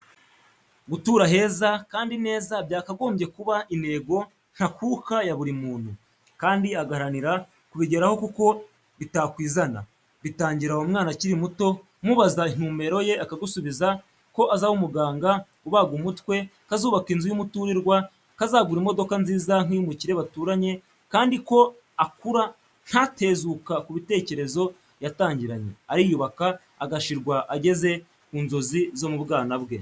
Gutura heza kandi neza byakagombye kuba intego ntakuka ya buri muntu, kandi agaharanira kubigeraho kuko bitakwizana. Bitangira umwana akiri muto, umubaza intumbero ye akagusubiza ko azaba umuganga ubaga umutwe, ko azubaka inzu y'umuturirwa, ko azagura imodoka nziza nk'iy'umukire baturanye, kandi uko akura ntatezuka ku bitekerezo yatangiranye, ariyubaka agashirwa ageze ku nzozi zo mu bwana bwe.